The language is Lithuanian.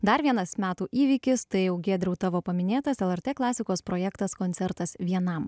dar vienas metų įvykis tai jau giedriau tavo paminėtas lrt klasikos projektas koncertas vienam